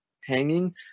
hanging